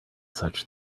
such